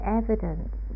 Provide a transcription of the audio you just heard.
evidence